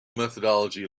methodology